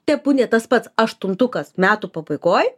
tepūnie tas pats aštuntukas metų pabaigoj